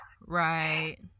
Right